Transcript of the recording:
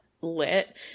lit